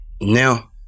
now